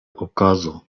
okazo